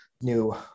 new